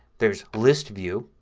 there's list view,